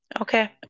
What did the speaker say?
Okay